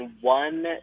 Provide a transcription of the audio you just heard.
one